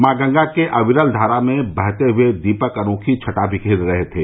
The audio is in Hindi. माँ गंगा के अविरल धारा में बहते हुए दीपक अनोखी छटा विखेर रहे थे